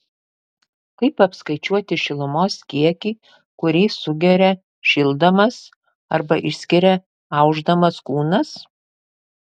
kaip apskaičiuoti šilumos kiekį kurį sugeria šildamas arba išskiria aušdamas kūnas